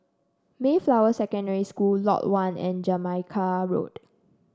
Mayflower Secondary School Lot One and Jamaica Road